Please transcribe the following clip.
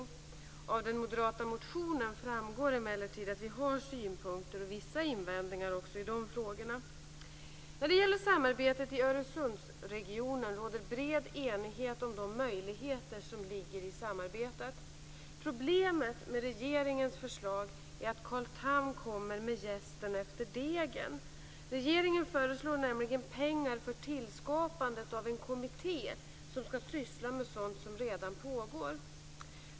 Av den moderata motionen framgår emellertid att vi har vissa synpunkter och invändningar också i de frågorna. När det gäller samarbetet i Öresundsregionen råder bred enighet om de möjligheter som ligger i detta. Problemet med regeringens förslag är att Carl Tham kommer med jästen efter degen. Regeringen föreslår nämligen pengar för tillskapande av en kommitté som skall syssla med sådant som redan pågår.